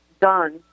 done